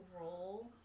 roll